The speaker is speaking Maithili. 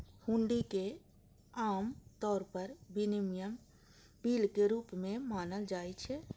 हुंडी कें आम तौर पर विनिमय बिल के रूप मे मानल जाइ छै